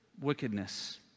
wickedness